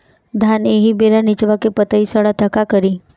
धान एही बेरा निचवा के पतयी सड़ता का करी?